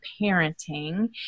Parenting